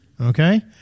okay